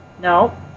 No